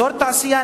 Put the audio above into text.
אזור תעשייה,